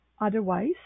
otherwise